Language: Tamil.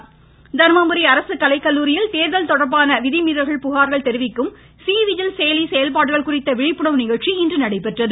தேர்தல் விழிப்புணர்வு தர்மபுரி அரசுக்கலைக்கல்லூரியில் தேர்தல் தொடர்பான விதிமீறல் புகார்கள் தெரிவிக்கும் சி விஜில் செயலி செயல்பாடுகள் குறித்த விழிப்புணர்வு நிகழ்ச்சி இன்று நடைபெற்றது